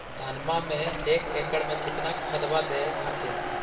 धनमा मे एक एकड़ मे कितना खदबा दे हखिन?